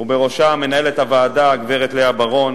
ובראשם מנהלת הוועדה, הגברת לאה ורון,